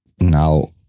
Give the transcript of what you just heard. Now